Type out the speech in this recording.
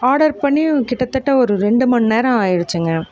order பண்ணி கிட்டத்தட்ட ஒரு ரெண்டு மணி நேரம் ஆகிருச்சிங்க